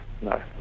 No